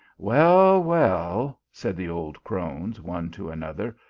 well, well, said the old crones one to another,